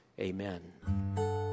Amen